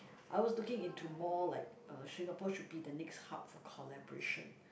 I was looking into more like uh Singapore should be the next hub for collaboration